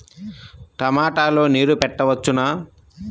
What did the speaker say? టమాట లో నీరు పెట్టవచ్చునా?